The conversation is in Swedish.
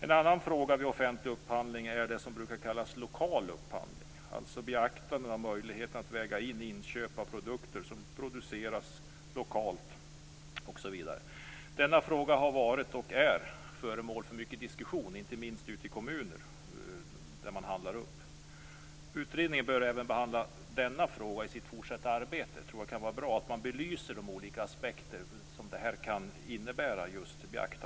En annan fråga vid offentlig upphandling är det som brukar kallas lokal upphandling, alltså beaktandet av möjligheten att väga in inköp av produkter som produceras lokalt. Denna fråga har varit och är föremål för mycket diskussion, inte minst ute i kommunerna där man handlar upp. Utredningen bör även behandla denna fråga i sitt fortsatta arbete. Jag tror att det kan vara bra att man belyser de olika aspekter som det här kan innebära.